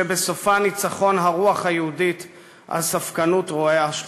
שבסופה ניצחון הרוח היהודית על ספקנות רואי השחורות.